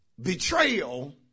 betrayal